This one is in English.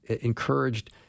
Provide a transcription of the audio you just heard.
encouraged